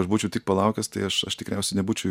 aš būčiau tik palaukęs tai aš aš tikriausiai nebūčiau